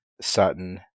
Sutton